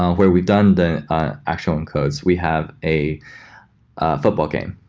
where we've done the actual encodes, we have a football game,